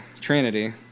Trinity